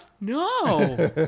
No